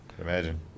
imagine